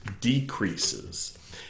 decreases